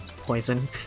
Poison